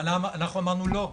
אנחנו אמרנו: לא.